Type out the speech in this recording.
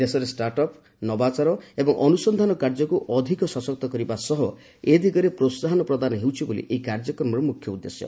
ଦେଶରେ startup ନବାଚାର ଏବଂ ଅନୁସନ୍ଧାନ କାର୍ଯ୍ୟକୁ ଅଧିକ ସଶକ୍ତ କରିବା ସହ ଏ ଦିଗରେ ପ୍ରୋହାହନ ପ୍ରଦାନ ହେଉଛି ଏହି କାର୍ଯ୍ୟକ୍ମର ମ୍ରଖ୍ୟ ଉଦ୍ଦେଶ୍ୟ